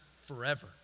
forever